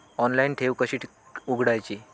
Online ठेव कशी उघडायची?